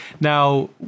Now